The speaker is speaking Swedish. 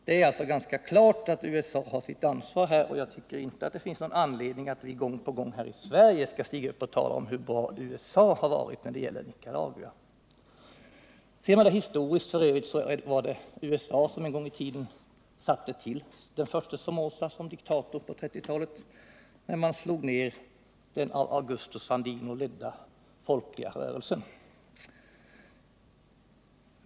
Det är alltså ganska klart att USA har sitt ansvar där. Jag tycker inte det finns någon anledning att vi här i Sverige gång på gång skall stiga upp och tala om hur bra USA har varit när det gäller Nicaragua. Ser man frågan historiskt var det f. ö. USA som en gång i tiden tillsatte den förste Somoza som diktator när man på 1930-talet slog ner den av Agusto Sandino ledda folkliga rörelsen.